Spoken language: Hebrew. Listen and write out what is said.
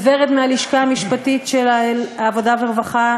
לוורד מהלשכה המשפטית של ועדת העבודה והרווחה,